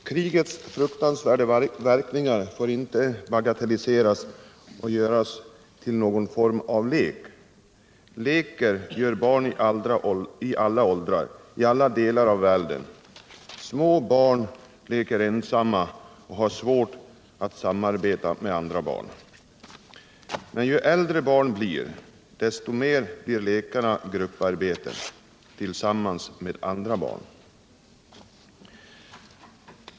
Herr talman! Krigets fruktansvärda verkningar får inte bagatelliseras och göras till någon form av lek. Leker gör barn i alla åldrar, i alla delar av världen. Små barn leker ensamma och har svårt att ”samarbeta” med andra barn. Men ju äldre barn blir, desto mer blir lekarna ”grupparbeten” tillsammans med andra barn.